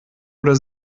oder